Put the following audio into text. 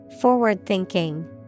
Forward-thinking